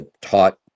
taught